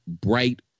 bright